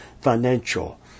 financial